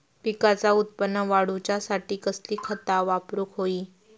पिकाचा उत्पन वाढवूच्यासाठी कसली खता वापरूक होई?